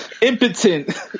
impotent